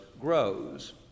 grows